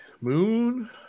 Moon